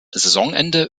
saisonende